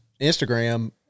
instagram